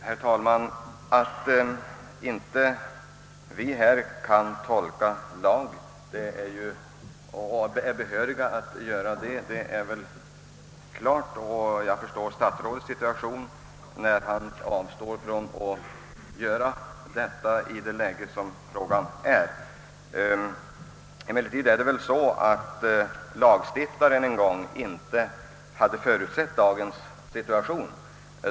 Herr talman! Att vi inte här är behöriga att tolka lagen på här berörda område är väl klart. Jag förstår statsrådets situation när han avstår från att göra detta i det läge vari frågan befinner sig. Det förhåller sig väl emellertid på det sättet, att lagstiftaren inte hade förutsett dagens situation.